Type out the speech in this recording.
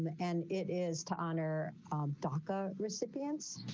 and and it is to honor dhaka recipients.